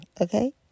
Okay